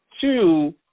Two